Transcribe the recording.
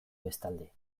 bestalde